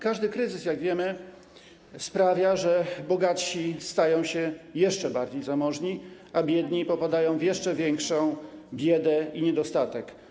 Każdy kryzys, jak wiemy, sprawia, że bogatsi stają się jeszcze bardziej zamożni, a biedni popadają w jeszcze większą biedę i niedostatek.